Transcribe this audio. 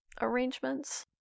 arrangements